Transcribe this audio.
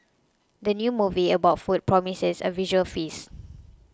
the new movie about food promises a visual feast